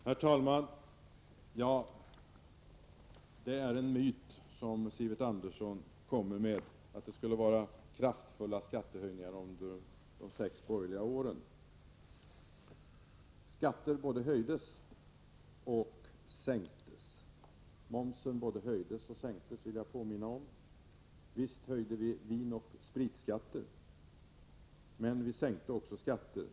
Herr talman! Det är en myt som Sivert Andersson kommer med när han säger att kraftfulla skattehöjningar skulle ha genomförts under de sex borgerliga regeringsåren. Skatter både höjdes och sänktes, och jag vill påminna om att momsen både höjdes och sänktes. Visst höjde vi vinoch spritskatter, men vi sänkte också skatter.